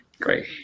Great